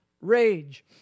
rage